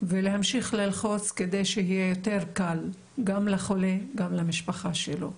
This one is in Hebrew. ולהמשיך ללחוץ כדי שיהיה יותר קל גם לחולה וגם למשפחה שלו.